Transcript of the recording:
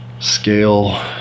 Scale